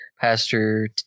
pastor